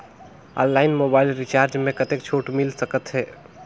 Online mobile recharge मे कतेक छूट मिल सकत हे?